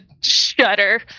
shudder